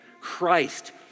Christ